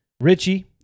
Richie